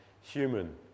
human